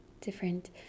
different